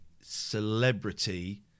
celebrity